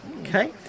Okay